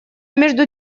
между